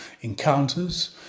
encounters